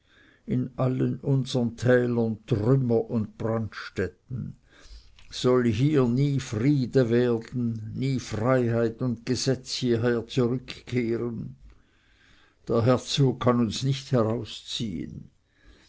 in allen unsern tälern trümmer und brandstätten soll hier nie friede werden nie freiheit und gesetz hieher zurückkehren der herzog kann uns nicht herausziehen